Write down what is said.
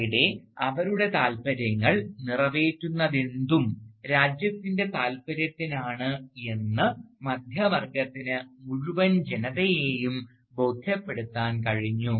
അവിടെ അവരുടെ താൽപ്പര്യങ്ങൾ നിറവേറ്റുന്നതെന്തും രാജ്യത്തിൻറെ താൽപ്പര്യത്തിനാണ് എന്ന് മധ്യവർഗത്തിന് മുഴുവൻ ജനതയെയും ബോധ്യപ്പെടുത്താൻ കഴിഞ്ഞു